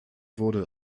wurde